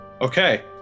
Okay